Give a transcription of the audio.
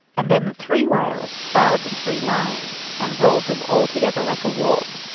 and then the three whales fouled the three lines, and rolled them all together like a warp,